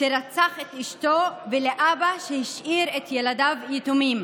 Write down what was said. שרצח את אשתו ולאבא שהשאיר את ילדיו יתומים.